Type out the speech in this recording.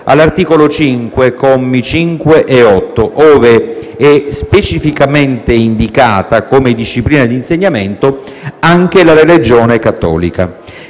all'articolo 5 (commi 5 e 8), ove è specificamente indicata, come disciplina di insegnamento, anche la religione cattolica.